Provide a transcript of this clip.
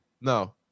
No